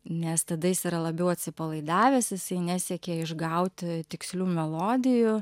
nes tada jis yra labiau atsipalaidavęs jisai nesiekia išgauti tikslių melodijų